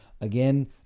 again